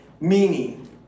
meaning